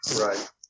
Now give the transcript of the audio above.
Right